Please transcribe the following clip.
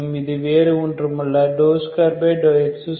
இது வேறு ஒன்றுமல்ல 2x2u2x t